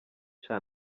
sha